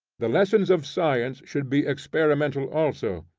the lessons of science should be experimental also.